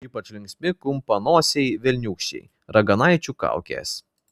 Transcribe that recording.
ypač linksmi kumpanosiai velniūkščiai raganaičių kaukės